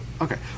Okay